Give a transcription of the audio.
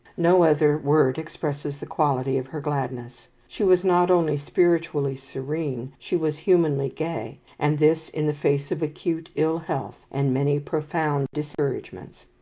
no other word expresses the quality of her gladness. she was not only spiritually serene, she was humanly gay, and this in the face of acute ill-health, and many profound discouragements.